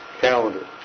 calendar